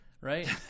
right